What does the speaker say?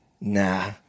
nah